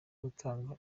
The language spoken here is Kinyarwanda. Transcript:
gutanga